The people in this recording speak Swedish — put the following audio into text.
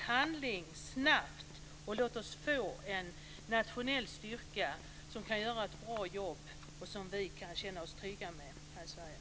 Handla snabbt, och låt oss få en nationell insatsstyrka som kan göra ett bra jobb och som vi kan känna oss trygga med här i Sverige.